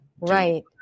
right